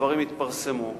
הדברים יתפרסמו,